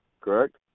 Correct